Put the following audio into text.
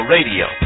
Radio